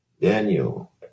Daniel